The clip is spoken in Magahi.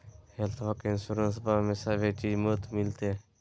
हेल्थबा के इंसोरेंसबा में सभे चीज मुफ्त मिलते?